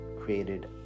created